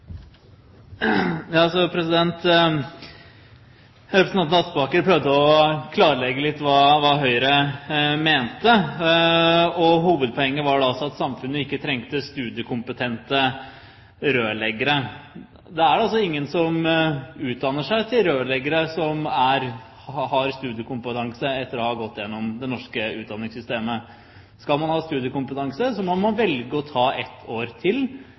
Representanten Aspaker prøvde å klarlegge hva Høyre mente, og hovedpoenget var da at samfunnet ikke trengte studiekompetente rørleggere. Men det er ingen som utdanner seg til rørlegger, som har studiekompetanse etter å ha gått gjennom det norske utdanningssystemet. Skal man ha studiekompetanse, må man velge å ta ett år til